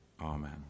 Amen